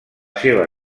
seva